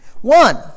One